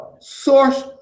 source